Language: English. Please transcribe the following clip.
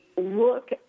look